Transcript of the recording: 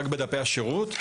רק בדפי השירות.